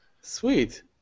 Sweet